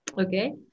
Okay